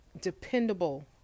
Dependable